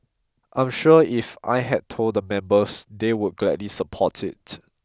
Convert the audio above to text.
I'm sure if I had told the members they would gladly support it